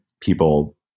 people